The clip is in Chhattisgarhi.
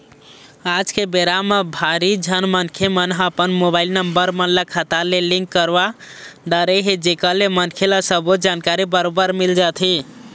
आज के बेरा म भारी झन मनखे मन ह अपन मोबाईल नंबर मन ल खाता ले लिंक करवा डरे हे जेकर ले मनखे ल सबो जानकारी बरोबर मिल जाथे